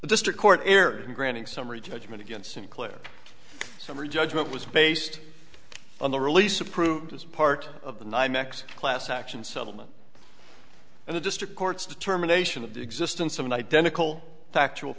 the district court erred in granting summary judgment against sinclair summary judgment was based on the release approved as part of the ny mex class action settlement and the district court's determination of the existence of an identical factual